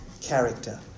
character